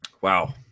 wow